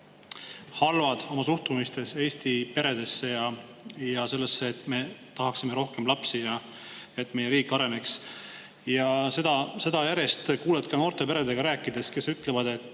halvad oma suhtumises Eesti peredesse ja sellesse, et me tahaksime rohkem lapsi, et meie riik areneks. Seda kuuled ka noorte peredega rääkides. Nad ütlevad, et